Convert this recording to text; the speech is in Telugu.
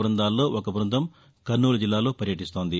బ్బందాల్లో ఒక బృందం కర్నూలు జిల్లాలో పర్యటిస్తోంది